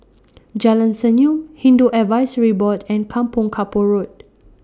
Jalan Senyum Hindu Advisory Board and Kampong Kapor Road